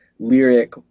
lyric